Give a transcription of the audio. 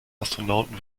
astronauten